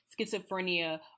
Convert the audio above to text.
schizophrenia